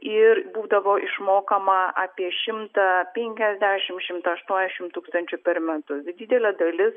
ir būdavo išmokama apie šimtą penkiasdešim šimtą aštuošim tūkstančių per metus didelė dalis